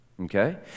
Okay